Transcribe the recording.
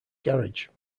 garage